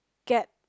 get